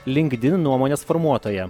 linkdin nuomonės formuotoja